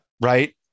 Right